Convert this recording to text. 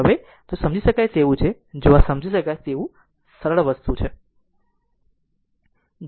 હવે જો સમજી શકાય તેવું છે જો આ સમજી શકાય તેવું સરળ વસ્તુ છે